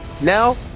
now